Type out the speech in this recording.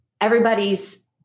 everybody's